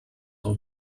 were